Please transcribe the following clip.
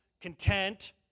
Content